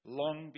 long